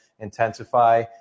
intensify